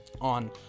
on